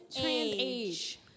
age